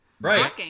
Right